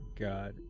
God